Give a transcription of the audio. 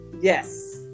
Yes